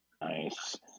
Nice